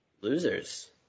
losers